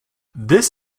this